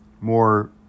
more